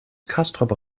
castrop